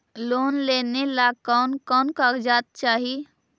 Loan लेने ला कोन कोन कागजात चाही?